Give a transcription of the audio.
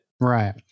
Right